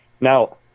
Now